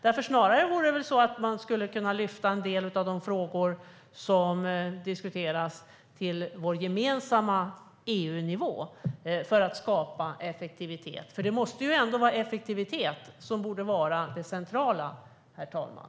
Man skulle väl snarare kunna lyfta en del av de frågor som diskuteras till vår gemensamma EU-nivå för att skapa effektivitet. Det är ju ändå effektivitet som borde vara det centrala, herr talman.